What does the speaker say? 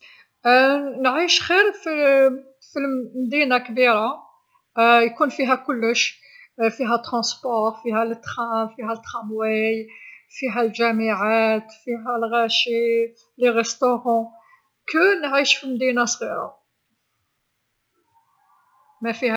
نعيش خير في في المدينه كبيره يكون فيها كلش، فيها نقل، فيها القطار، فيها طرامواي، فيها الجامعات، فيها الغاشي، المطاعم، على نعيش في مدينه صغيره مافيها.